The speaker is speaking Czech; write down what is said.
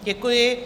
Děkuji.